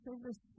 service